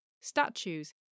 statues